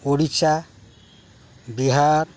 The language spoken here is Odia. ଓଡ଼ିଶା ବିହାର